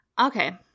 Okay